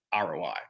ROI